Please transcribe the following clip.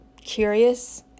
curious